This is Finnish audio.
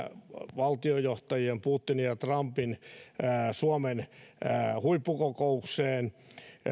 valtiojohtajien putinin ja trumpin suomen huippukokoukseen